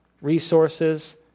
resources